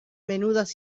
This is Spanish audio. menudas